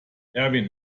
erwin